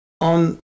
on